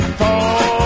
fall